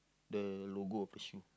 the logo the shoe